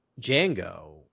Django